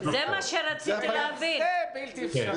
זה בלתי אפשרי.